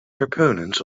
proponents